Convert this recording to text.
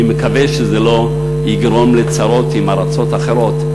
אני מקווה שזה לא יגרום לצרות עם ארצות אחרות,